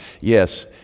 Yes